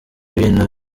ibintu